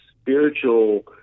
spiritual